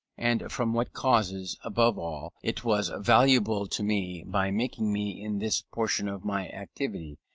and from what causes above all, it was valuable to me by making me, in this portion of my activity,